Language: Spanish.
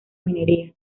minería